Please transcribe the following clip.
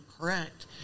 correct